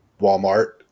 walmart